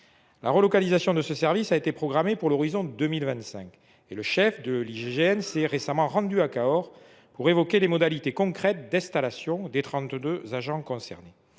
La relocalisation de ce service a été programmée à l’horizon 2025. Le chef de I’IGGN s’est récemment rendu à Cahors pour évoquer les modalités concrètes d’installation des trente deux agents concernés.